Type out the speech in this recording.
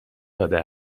داده